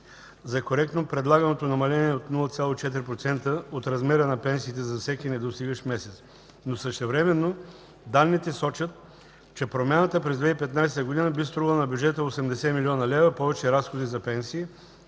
за коректно предлаганото намаление от 0,4% от размерът на пенсиите за всеки недостигащ месец. Но същевременно данните сочат, че промяната през 2015 г. би струвала на бюджета 80 млн. лева повече разходи за пенсии,